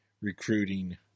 recruiting